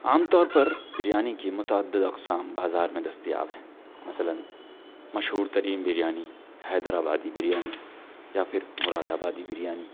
عام طور پر بریانی کی متعدد اقسام بازار میں دستیاب ہیں مثلاً مشہور ترین بریانی حیدر آبادی بریانی یا پھر مراد آبادی بریانی